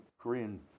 Korean